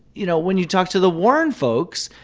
you know, when you talk to the warren folks,